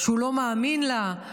שהוא לא מאמין לה,